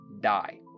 die